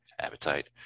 appetite